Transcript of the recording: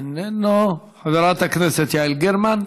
איננו, חברת הכנסת יעל גרמן,